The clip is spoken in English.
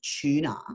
tuna